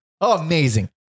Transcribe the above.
amazing